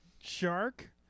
shark